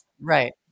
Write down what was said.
Right